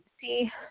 see